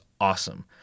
awesome